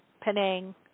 Penang